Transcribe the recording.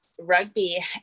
rugby